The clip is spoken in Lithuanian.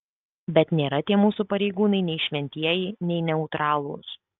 bet nėra tie mūsų pareigūnai nei šventieji nei neutralūs